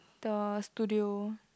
the studio